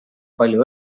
palju